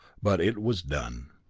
but it was done.